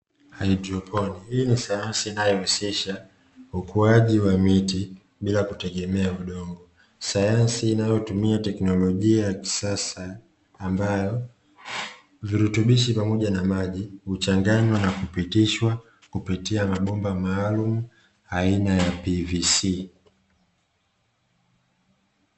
Haidroponi hii ni Sayansi inayohusisha ukuaji wa miti bila kutumia udongo, sayansi inayotumia teknolojia ya kisasa ambayo virutubisho pamoja na maji huchanganywa na kupitishwa kupitia mabomba maalumu aina ya (PVC).